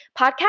podcast